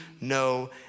no